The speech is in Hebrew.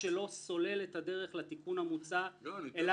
מה